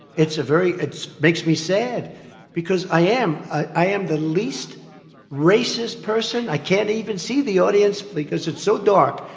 it's a very makes me sad because i am, i am the least racist person. i can't even see the audience because it's so dark,